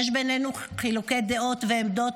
יש בינינו חילוקי דעות ועמדות,